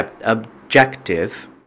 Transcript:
objective